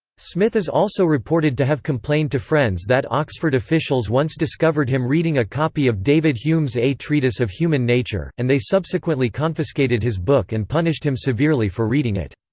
smith is also reported to have complained to friends that oxford officials once discovered him reading a copy of david hume's a treatise of human nature, and they subsequently confiscated his book and punished him severely for reading it.